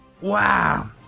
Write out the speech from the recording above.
Wow